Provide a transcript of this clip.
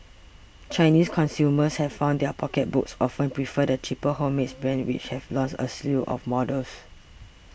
Chinese consumers have found their pocketbooks often prefer the cheaper homemade brands which have launched a slew of models